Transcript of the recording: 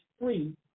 free